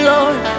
Lord